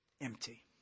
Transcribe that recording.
Empty